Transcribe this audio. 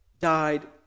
died